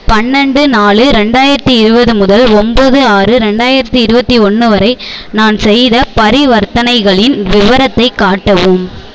பன்னெண்டு நாலு ரெண்டாயிரத்து இருபது முதல் ஒம்பது ஆறு ரெண்டாயிரத்து இருபத்தி ஒன்று வரை நான் செய்த பரிவர்த்தனைகளின் விவரத்தை காட்டவும்